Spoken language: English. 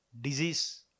disease